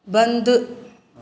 बंदु